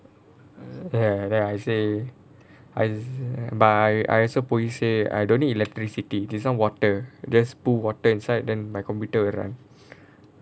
ya then I say I z~ but I I also say I don't need electricity this [one] water just put water inside then my computer will run